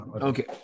Okay